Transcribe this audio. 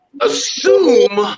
assume